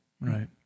right